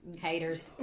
Haters